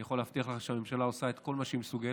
אני יכול להבטיח לך שהממשלה עושה את כל מה שהיא מסוגלת,